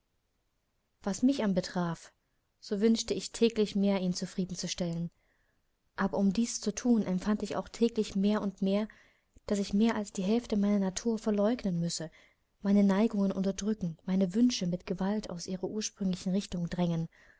was mich anbetraf so wünschte ich täglich mehr ihn zufrieden zu stellen aber um dies zu thun empfand ich auch täglich mehr und mehr daß ich mehr als die hälfte meiner natur verleugnen müsse meine neigungen unterdrücken meine wünsche mit gewalt aus ihrer ursprünglichen richtung drängen